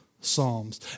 Psalms